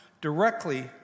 directly